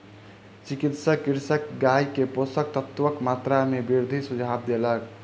चिकित्सक कृषकक गाय के पोषक तत्वक मात्रा में वृद्धि के सुझाव देलक